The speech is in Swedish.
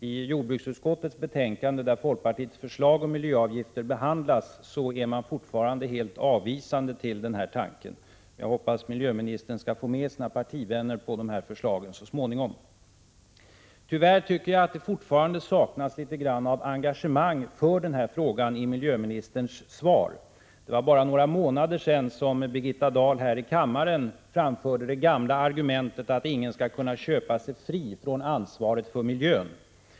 I jordbruksutskottets betänkande där folkpartiets förslag om miljöavgifter behandlas är man fortfarande helt avvisande till tanken. Jag hoppas att miljöministern skall få sina partivänner med på dessa förslag så småningom. Fortfarande saknas tyvärr engagemang för den här frågan i miljöministerns svar. Det var bara några månader sedan som Birgitta Dahl här i kammaren framförde det gamla argumentet att ingen skall kunna köpa sig fri från ansvaret för miljön.